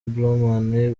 blauman